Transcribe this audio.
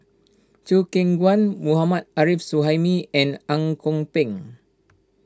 Chew Kheng Chuan Mohammad Arif Suhaimi and Ang Kok Peng